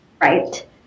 right